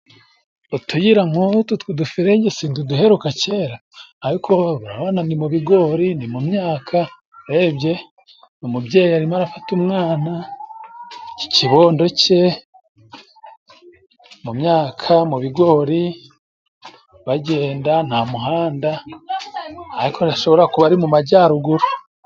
Utuyira nk'utu tw'uduferege siduduheruka kera? Ariko urabona ni mu bigori, ni mu myaka, urebye umubyeyi arimo arafata umwana iki kibondo cye, mu myaka mu bigori bagenda nta muhanda, ariko hashobora kuba ari mu majyaruguru.